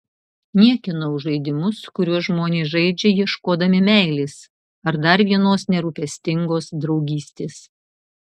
niekinau žaidimus kuriuos žmonės žaidžia ieškodami meilės ar dar vienos nerūpestingos draugystės